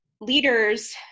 leaders